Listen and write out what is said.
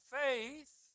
faith